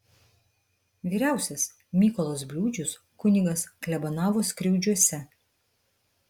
vyriausias mykolas bliūdžius kunigas klebonavo skriaudžiuose